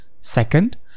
Second